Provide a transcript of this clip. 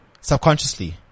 subconsciously